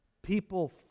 People